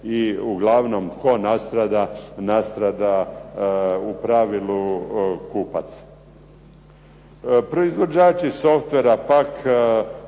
I uglavnom, tko nastrada? Nastrada u pravilu kupac. Proizvođači softvera pak